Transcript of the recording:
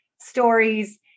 stories